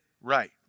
right